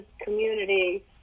community